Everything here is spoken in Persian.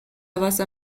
واسه